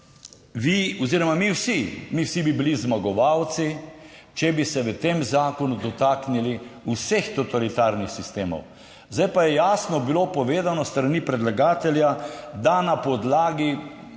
vi oziroma mi, vsi mi, vsi bi bili zmagovalci, če bi se v tem zakonu dotaknili vseh totalitarnih sistemov. Zdaj pa je jasno bilo povedano s strani predlagatelja, da na podlagi